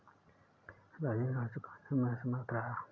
राजेश ऋण चुकाने में असमर्थ रहा